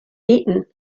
eaten